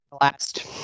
last